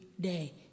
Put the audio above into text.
day